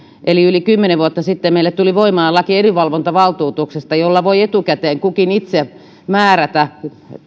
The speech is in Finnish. eli yli kymmenen vuotta sitten meillä tuli voimaan laki edunvalvontavaltuutuksesta jolla voi etukäteen kukin itse määrätä